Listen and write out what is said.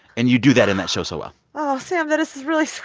and you do that in that show so well well sam, that is really